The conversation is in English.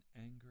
anger